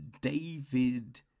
David